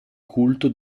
culto